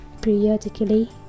periodically